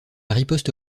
riposte